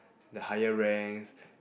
the higher ranks